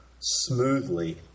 smoothly